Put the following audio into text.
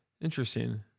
Interesting